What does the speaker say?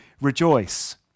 rejoice